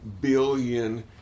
billion